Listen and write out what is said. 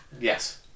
Yes